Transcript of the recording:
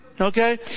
Okay